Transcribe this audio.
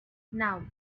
now